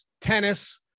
tennis